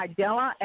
Idella